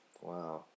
Wow